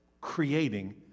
creating